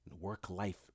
work-life